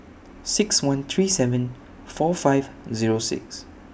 six one three seven four five Zero six